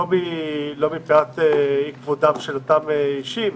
לא מפאת כבודם של אותם אישים,